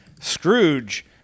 Scrooge